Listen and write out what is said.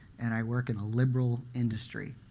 and i work in a liberal industry.